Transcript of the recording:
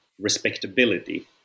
respectability